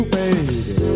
baby